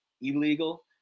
illegal